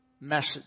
message